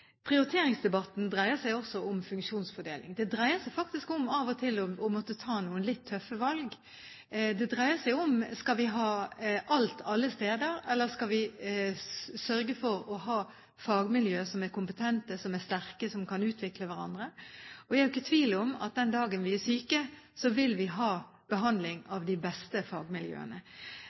om funksjonsfordeling. Det dreier seg faktisk om at man av og til må ta noen litt tøffe valg. Det dreier seg om: Skal vi ha alt alle steder? Eller skal vi sørge for å ha fagmiljøer som er kompetente, som er sterke, og som kan utvikle hverandre? Jeg er jo ikke i tvil om at den dagen vi blir syke, vil vi ha behandling av de beste fagmiljøene.